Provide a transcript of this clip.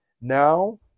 now